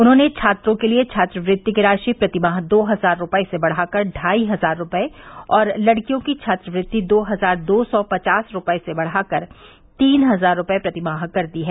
उन्होंने छात्रों के लिए छात्रवृत्ति की राशि प्रति माह दो हजार रूपये से बढ़ा कर ढाई हजार रूपये और लड़कियों की छात्रवृत्ति दो हजार दो सौ पचास रूपये से बढ़ाकर तीन हजार रूपये प्रति माह कर दी है